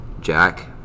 Jack